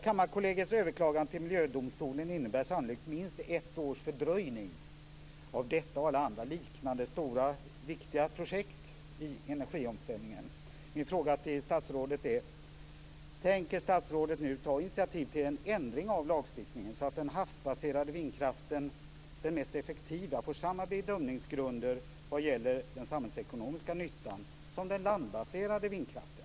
Kammarkollegiets överklagande till miljödomstolen innebär sannolikt minst ett års fördröjning av detta och alla andra liknande stora och viktiga projekt i energiomställningen. Min fråga till statsrådet är: Tänker statsrådet nu ta initiativ till en ändring av lagstiftningen så att den havsbaserade vindkraften, den mest effektiva, får samma bedömningsgrunder vad gäller den samhällsekonomiska nyttan som den landbaserade vindkraften?